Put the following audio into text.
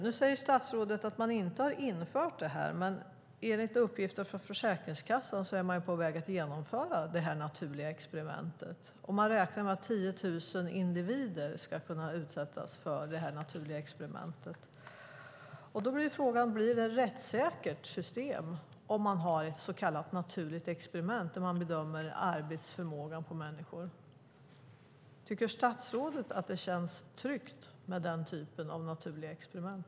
Nu säger statsrådet att man inte har infört detta, men enligt uppgifter från Försäkringskassan är man på väg att genomföra det här naturliga experimentet. Man räknar med att 10 000 individer ska kunna utsättas för det. Frågan är: Blir det ett rättssäkert system om man har ett så kallat naturligt experiment där man bedömer människors arbetsförmåga? Tycker statsrådet att det känns tryggt med den typen av naturliga experiment?